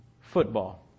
Football